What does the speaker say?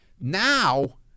Now